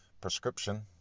prescription